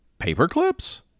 paperclips